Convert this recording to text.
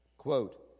Quote